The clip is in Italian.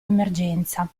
emergenza